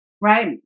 right